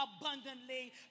abundantly